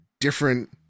different